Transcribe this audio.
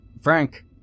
Frank